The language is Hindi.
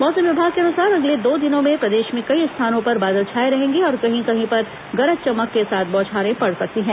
मौसम विभाग के अनुसार अगले दो दिनों में प्रदेश में कई स्थानों पर बादल छाए रहेंगे और कहीं कहीं पर गरज चमक के साथ बौछारें पड़ सकती हैं